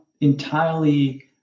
entirely